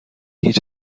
هیچ